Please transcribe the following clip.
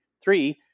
Three